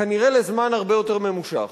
כנראה לזמן הרבה יותר ממושך.